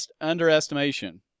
underestimation